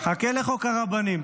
חכה לחוק הרבנים.